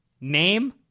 Name